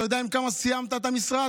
אתה יודע עם כמה סיימת את המשרד?